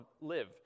live